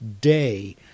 day